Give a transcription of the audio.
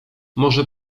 może